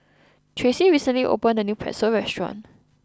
Tracy recently opened a new Pretzel restaurant